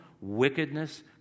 wickedness